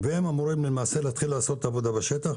והם אמורים לעשות את העבודה בשטח.